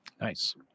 Nice